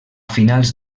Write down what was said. finals